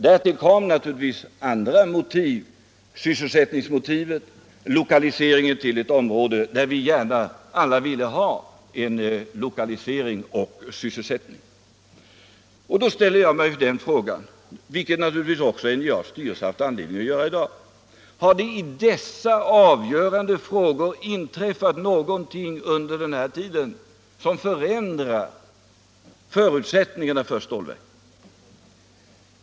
Därtill kom naturligtvis andra motiv som sysselsättningsmotivet och lokaliseringsmotivet: vi ville alla gärna ha en lokalisering till detta område för att åstadkomma sysselsättning där. Jag frågar mig — och det har naturligtvis också NJA:s styrelse haft anledning att göra i dag: Har det under denna tid inträffat någonting i dessa avgörande frågor som förändrar förutsättningarna för stålverket?